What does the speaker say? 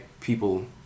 people